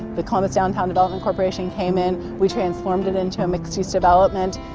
the columbus downtown development corporation came in. we transformed it into a mixed-use development.